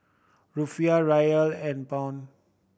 Rufiyaa Riel and Pound